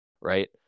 right